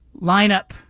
lineup